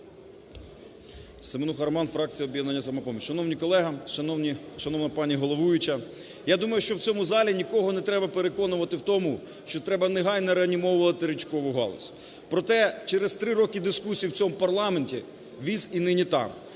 Семенуха Роман, фракція "Об'єднання "Самопоміч". Шановні колеги, шановна пані головуюча! Я думаю, що в цьому залі нікого не треба переконувати в тому, що треба негайно реанімувати річкову галузь. Проте, через три роки дискусій в цьому парламенті "віз і нині там".